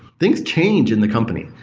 things change in the company,